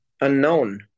unknown